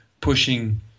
pushing